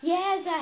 Yes